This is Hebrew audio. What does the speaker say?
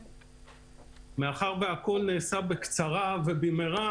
מאחר שהכול נעשה בקצרה ובמהרה,